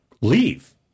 leave